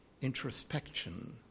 introspection